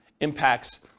impacts